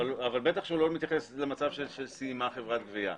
אבל בטח שהוא לא מתייחס למצב שסיימה חברת גבייה,